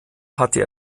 hatte